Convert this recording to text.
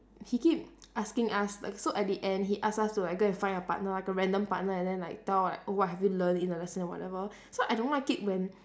he keep asking us like so at the end he asked us to like go and find a partner like a random partner and then like tell like what have you learnt in the lesson and whatever so I don't like it when